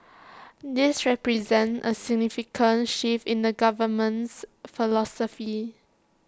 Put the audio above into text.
this represents A significant shift in the government's philosophy